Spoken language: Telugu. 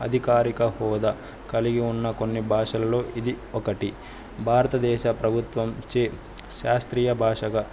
అధికారిక హోదా కలిగి ఉన్న కొన్ని భాషలలో ఇది ఒకటి భారతదేశ ప్రభుత్వం చే శాస్త్రీయ భాషగా